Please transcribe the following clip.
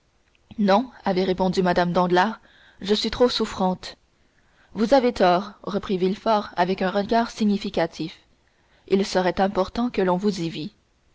non avait répondu mme danglars je suis trop souffrante vous avez tort reprit villefort avec un regard significatif il serait important que l'on vous y vît